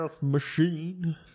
Machine